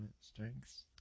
strengths